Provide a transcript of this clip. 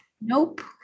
nope